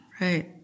right